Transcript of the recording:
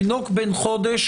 תינוק בן חודש,